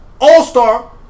All-star